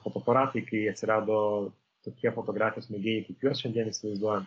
fotoaparatai kai atsirado tokie fotografijos mėgėjai kaip juos šiandien įsivaizduojam